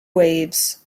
waves